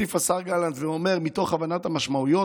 מוסיף השר גלנט ואומר: מתוך הבנת המשמעויות,